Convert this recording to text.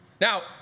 Now